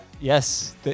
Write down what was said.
Yes